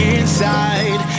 inside